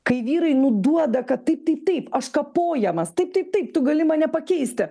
kai vyrai nuduoda kad taip taip taip aš kapojamas taip taip taip tu gali mane pakeisti